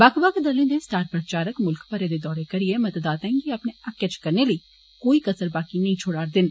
बक्ख बक्ख दलें दे स्टार प्रचारक म्ल्ख भरै दे दौरे करिए मतदाताएं गी अपने हक्के इच करने इच कोई कसर नबाकी नेई छोडा र दे न